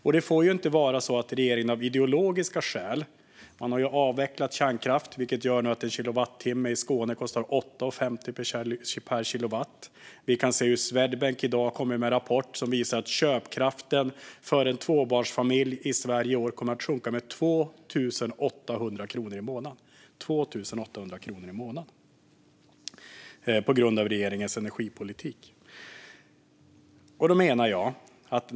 Det får inte vara så att regeringen har ideologiska skäl till detta. Man har ju avvecklat kärnkraft, vilket gör att en kilowattimme i Skåne nu kostar 8,50. Vi kan se att Swedbank i dag kommer med en rapport som visar att köpkraften för en tvåbarnsfamilj i Sverige i år kommer att sjunka med 2 800 kronor i månaden på grund av regeringens energipolitik.